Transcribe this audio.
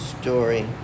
story